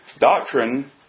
Doctrine